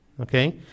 Okay